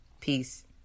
Peace